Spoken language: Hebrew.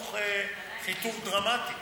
חיתוך דרמטי.